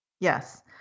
Yes